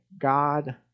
God